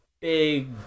big